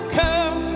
come